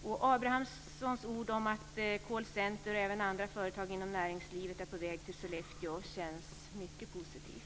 Karl Gustav Abramssons ord om att ett callcenter och även andra företag är på väg till Sollefteå känns mycket positivt.